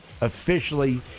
officially